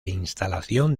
instalación